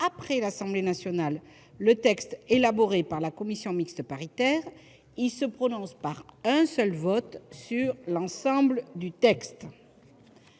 après l'Assemblée nationale le texte élaboré par la commission mixte paritaire, se prononce par un seul vote sur l'ensemble du texte